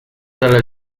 dalla